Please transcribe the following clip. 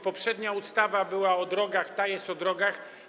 Poprzednia ustawa była o drogach, ta też jest o drogach.